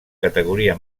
categoria